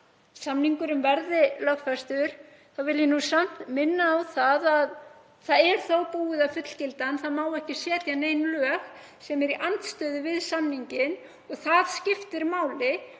samningurinn verði lögfestur vil ég samt minna á að það er þó búið að fullgilda hann. Það má ekki setja nein lög sem eru í andstöðu við samninginn og það skiptir máli.